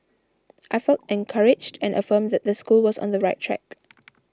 I felt encouraged and affirmed that the school was on the right track